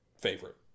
favorite